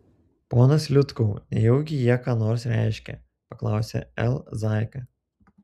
ponas liutkau nejaugi jie ką nors reiškia paklausė l zaika